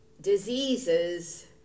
Diseases